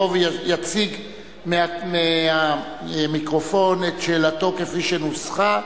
יציג מהמיקרופון את שאלתו כפי שנוסחה,